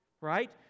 right